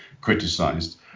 criticized